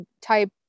type